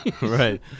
right